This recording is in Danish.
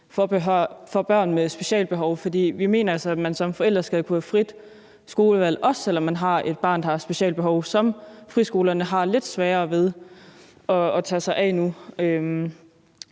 for børn med specialbehov, for vi mener, at man som forældre skal kunne have frit skolevalg, også selv om man har et barn, der har specialbehov, som friskolerne har lidt sværere ved at tage sig af nu.